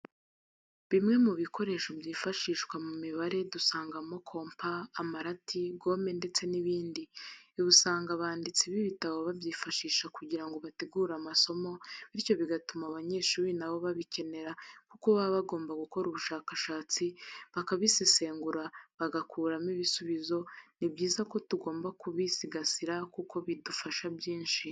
Bimwe mu bikoresho byifashishwa mu mibare dusangamo kompa, amarati, gome ndetse n'ibindi, ibi usanga abanditsi b'ibitabo babyifashisha kugira ngo bategure amasomo, bityo bigatuma abanyeshuri na bo babikenera kuko baba bagomba gukora ubushakashatsi, bakabisesengura bagakuramo ibisubizo, ni byiza ko tugomba kubisigasira kuko bidufasha byinshi.